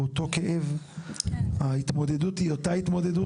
אותו כאב וההתמודדות היא אותה התמודדות,